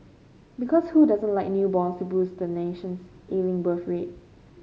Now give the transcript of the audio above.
because who doesn't like newborns to boost the nation's ailing birth rate